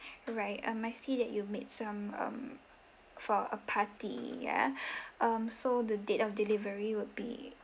right um I see that you've made some um for a party yeah um so the date of delivery would be